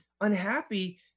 unhappy